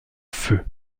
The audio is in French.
feu